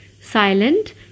Silent